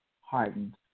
hardened